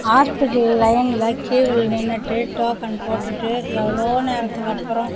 hospital லைனில் க்யூவில் நின்றுட்டு டோக்கன் போட்டுட்டு எவ்வளவோ நேரத்துக்கு அப்புறம்